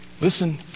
Listen